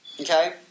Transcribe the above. Okay